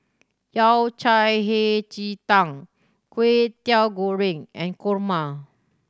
Yao Cai Hei Ji Tang Kway Teow Goreng and kurma